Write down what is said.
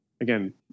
again